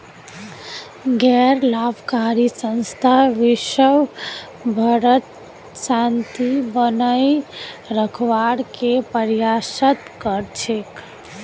गैर लाभकारी संस्था विशव भरत शांति बनए रखवार के प्रयासरत कर छेक